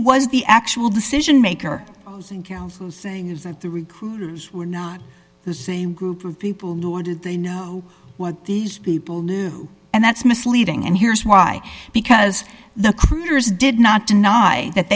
was the actual decision maker and counsel saying is that the recruiters were not the same group of people nor did they know what these people knew and that's misleading and here's why because the critters did not deny that